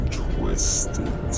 twisted